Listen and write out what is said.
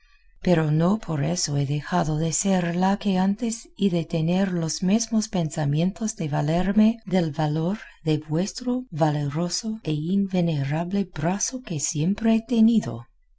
pero no por eso he dejado de ser la que antes y de tener los mesmos pensamientos de valerme del valor de vuestro valeroso e invenerable brazo que siempre he tenido